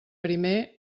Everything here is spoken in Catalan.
primer